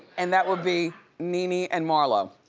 and that would be nene and marlo.